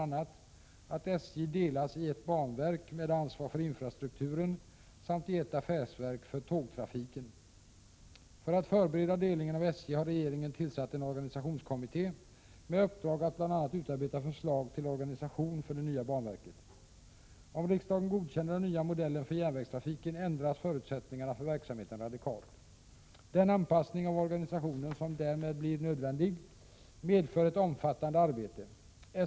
Om riksdagen godkänner den nya modellen för järnvägstrafiken, ändras förutsättningarna för verksamheten radikalt. Den anpassning av organisationen som därmed blir nödvändig medför ett omfattande arbete.